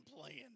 playing